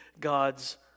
God's